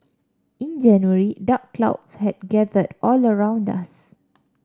in January dark clouds had gathered all around us